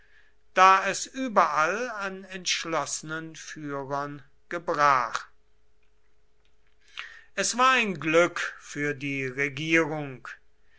da es überall an entschlossenen führern gebrach es war ein glück für die regierung